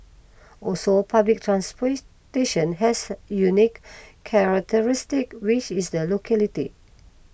also public transportation has unique characteristics which is the locality